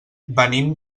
venim